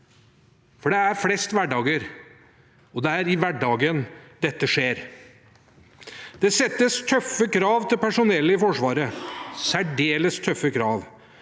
for det er flest hverdager, og det er i hverdagen dette skjer. Det stilles tøffe krav til personellet i Forsvaret, særdeles tøffe krav.